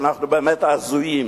שאנחנו באמת הזויים,